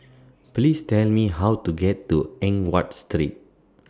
Please Tell Me How to get to Eng Watt Street